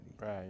Right